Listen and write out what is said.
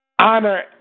Honor